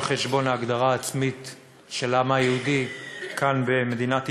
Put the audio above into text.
אבל לא על חשבון ההגדרה העצמית של העם היהודי כאן במדינת ישראל,